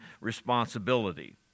responsibility